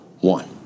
one